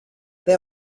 they